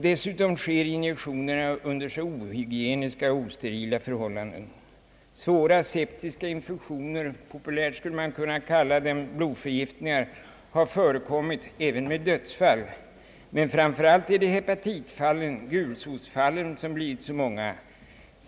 Dessutom sker injektionerna under så ohygieniska och osterila förhållanden. Svåra septiska infektioner — populärt skulle man kunna kalla dem blodförgiftningar — har förekommit, även med dödsfall, men framför allt är det hepatitfallen, dvs. gulsotsfallen, som blivit så många.